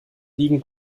liegen